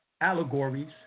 allegories